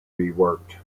reworked